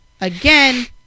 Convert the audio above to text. Again